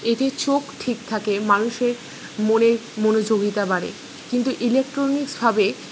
এতে চোখ ঠিক থাকে মানুষের মনের মনোযোগীতা বাড়ে কিন্তু ইলেকট্রনিক্সভাবে